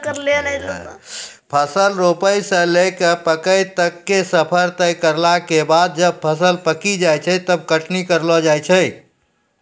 फसल रोपै स लैकॅ पकै तक के सफर तय करला के बाद जब फसल पकी जाय छै तब कटनी करलो जाय छै